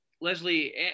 Leslie